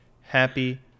happy